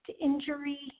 injury